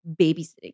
babysitting